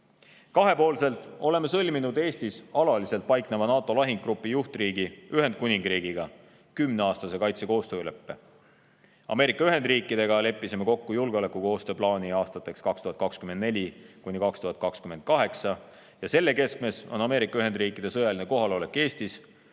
Kahepoolselt oleme sõlminud Eestis alaliselt paikneva NATO lahingugrupi juhtriigi Ühendkuningriigiga kümneaastase kaitsekoostööleppe. Ameerika Ühendriikidega leppisime kokku julgeolekukoostöö plaani aastateks 2024–2028. Selle keskmes on Ameerika Ühendriikide sõjaline kohalolek Eestis,